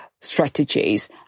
strategies